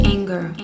Anger